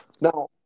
Now